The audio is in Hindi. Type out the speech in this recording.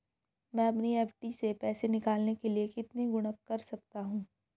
मैं अपनी एफ.डी से पैसे निकालने के लिए कितने गुणक कर सकता हूँ?